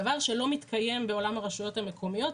דבר שלא מתקיים בעולם הרשויות המקומיות,